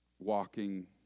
Walking